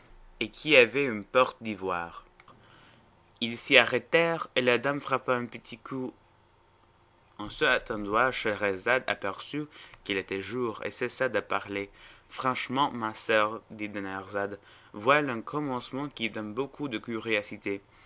et qui avait une porte d'ivoire ils s'y arrêtèrent et la dame frappa un petit coup en cet endroit scheherazade aperçut qu'il était jour et cessa de parler franchement ma soeur dit dinarzade voilà un commencement qui donne beaucoup de curiosité